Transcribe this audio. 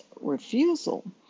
refusal